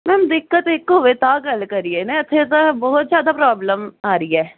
ma'am ਦਿੱਕਤ ਇੱਕ ਹੋਵੇ ਤਾਂ ਗੱਲ ਕਰੀਏ ਨਾ ਐਥੇ ਤਾਂ ਬਹੁਤ ਜਿਆਦਾ ਪ੍ਰੋਬਲਮ ਆ ਰੀ ਐ